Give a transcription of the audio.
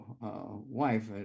wife